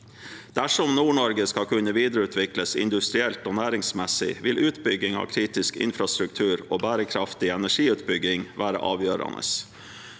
Dersom Nord-Norge skal kunne videreutvikles industrielt og næringsmessig, vil utbygging av kritisk infrastruktur og bærekraftig energiutbygging være avgjørende.